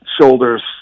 shoulders